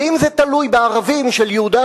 ואם זה תלוי בערבים של יהודה,